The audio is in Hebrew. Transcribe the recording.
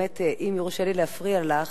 אם יורשה לי להפריע לך,